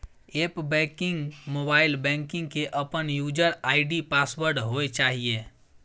app banking, mobile banking के अपन user ID password होय चाहिए